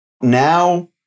Now